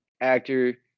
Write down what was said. actor